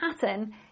pattern